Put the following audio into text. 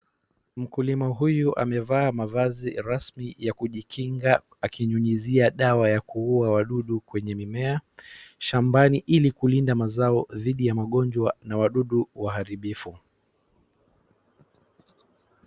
Mkulima huyu amevaa mavazi rasmi ya kujikinga, akinyunyizia dawa ya kuua wadudu kwenye mimea, shambani ili kulinda mazao dhidi ya magonjwa na wadudu waharibifu.